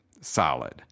solid